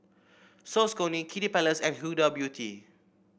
Saucony Kiddy Palace and Huda Beauty